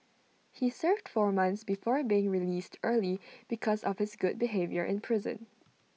he served four months before being released early because of his good behaviour in prison